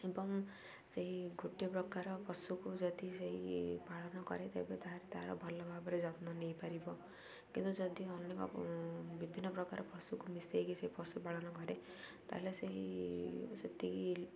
ଏବଂ ସେହି ଗୋଟିଏ ପ୍ରକାର ପଶୁକୁ ଯଦି ସେଇ ପାଳନ କରେ ତେବେ ତାହେଲେ ତାର ଭଲ ଭାବରେ ଯତ୍ନ ନେଇପାରିବ କିନ୍ତୁ ଯଦି ଅନେକ ବିଭିନ୍ନ ପ୍ରକାର ପଶୁକୁ ମିଶେଇକି ସେଇ ପଶୁ ପାଳନ କରେ ତାହେଲେ ସେଇ ସେତିକି